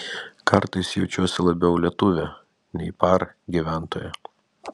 kartais jaučiuosi labiau lietuvė nei par gyventoja